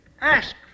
ask